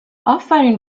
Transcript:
آفرین